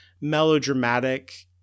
melodramatic